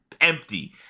empty